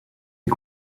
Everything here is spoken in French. est